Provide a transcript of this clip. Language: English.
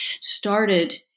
started